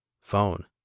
Phone